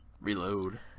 Reload